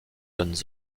jeunes